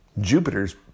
Jupiter's